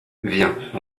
viens